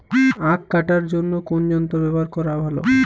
আঁখ কাটার জন্য কোন যন্ত্র ব্যাবহার করা ভালো?